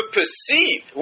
perceive